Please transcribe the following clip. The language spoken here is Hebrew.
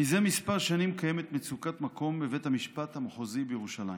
זה שנים מספר קיימת מצוקת מקום בבית המשפט המחוזי בירושלים.